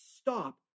stop